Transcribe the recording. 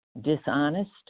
Dishonest